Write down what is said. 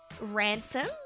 ransom